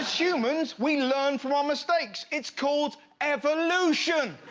humans we learn from ah mistakes, it's called evolution!